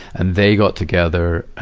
and they got together,